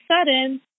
sudden